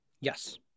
Yes